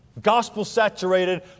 gospel-saturated